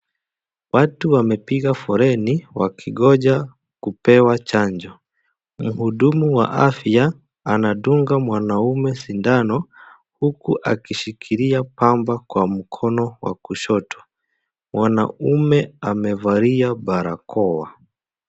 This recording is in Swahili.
Watu wamepiga foleni wakingoja kupewa chanjo. Muhudumu wa afya, anadunga mwanaume sindano huku aki shikilia pamba kwa mukono wa kushoto. Mwanaume amevalia barakoa.